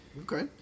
Okay